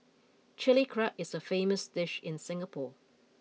Chilli Crab is a famous dish in Singapore